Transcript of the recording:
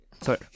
Sorry